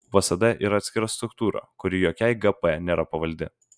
vsd yra atskira struktūra kuri jokiai gp nėra pavaldi